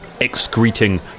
excreting